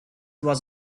was